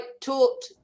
taught